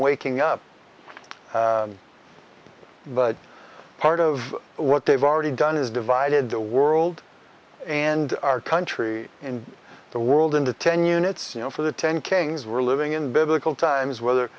waking up but part of what they've already done is divided the world and our country in the world into ten units for the ten kings we're living in biblical times whether